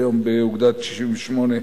היום באוגדה 98,